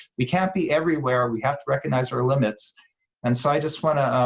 we can't be everywhere, we have to recognize our limits and so i just want to